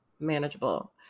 manageable